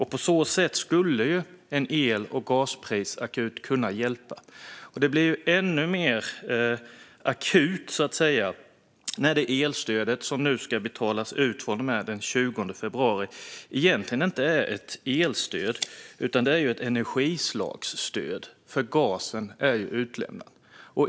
Här skulle en el och gasräkningsakut kunna hjälpa. Detta har dessutom blivit ännu mer akut i och med att det elstöd som ska börja betalas ut den 20 februari egentligen inte är ett elstöd utan ett energislagsstöd, för gasen är utelämnad.